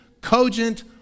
cogent